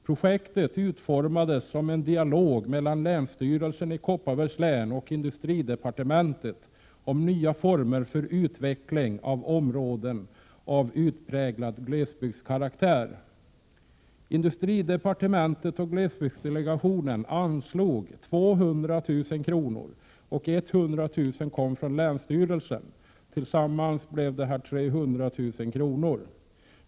Projektet utformades som en dialog mellan länsstyrelsen i Kopparbergs län och industridepartementet om nya former för utveckling av områden av utpräglad glesbygdskaraktär. Industridepartementet och glesbygdsdelegationen anslog 200 000 kr., och 100 000 kom från länsstyrelsen. Sammanlagt anslogs alltså 300 000 kr.